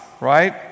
right